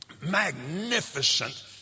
magnificent